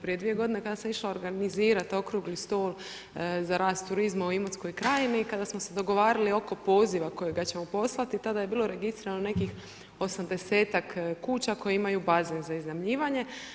Prije dvije godine kada sam išla organizirati okrugli stol za rast turizma u Imotskoj krajini, kada smo se dogovarali oko poziva kojega ćemo poslati, tada je bilo registrirano nekih 80-ak kuća koje imaju bazen za iznajmljivanje.